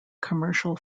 commercial